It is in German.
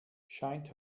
scheint